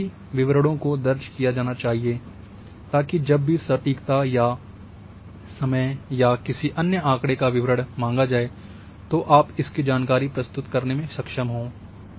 इन सभी विवरणों को दर्ज किया जाना चाहिए ताकि जब भी सटीकता या समय या किसी अन्य आँकड़े का विवरण माँगा जाए तो आप इसकी जानकारी प्रस्तुत करने में सक्षम हों